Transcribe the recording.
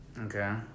Okay